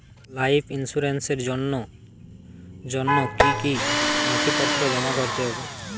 Life ইন্সুরেন্সর জন্য জন্য কি কি নথিপত্র জমা করতে হবে?